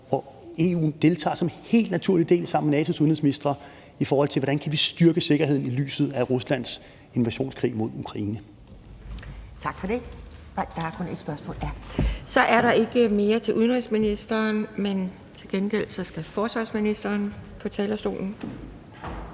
hvor EU deltager som en helt naturlig del sammen med NATO's udenrigsministre, i forhold til hvordan vi kan styrke sikkerheden i lyset af Ruslands invasionskrig mod Ukraine. Kl. 10:39 Anden næstformand (Pia Kjærsgaard): Tak for det. Så er der ikke mere til udenrigsministeren, men til gengæld skal forsvarsministeren på talerstolen.